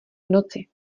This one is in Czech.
noci